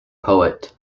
poet